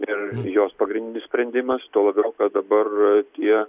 ir jos pagrindinis sprendimas tuo labiau kad dabar tie